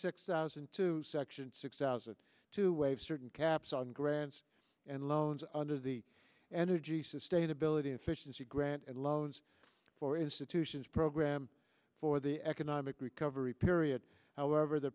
six thousand to section six thousand to waive certain caps on grants and loans under the energy sustainability efficiency grant and loans for institutions program for the economic recovery period however the